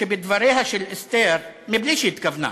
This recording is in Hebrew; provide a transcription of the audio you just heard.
שבדבריה של אסתר, מבלי שהתכוונה,